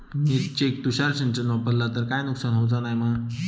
मिरचेक तुषार सिंचन वापरला तर काय नुकसान होऊचा नाय मा?